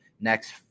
next